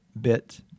bit